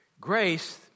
Grace